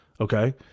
Okay